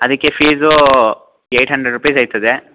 ಅದಕ್ಕೆ ಫೀಸೂ eight hundred rupees ಆಗ್ತದೆ